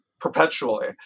perpetually